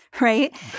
Right